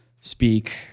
speak